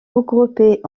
regroupées